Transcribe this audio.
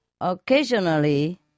occasionally